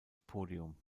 podium